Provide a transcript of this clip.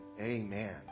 amen